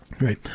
Right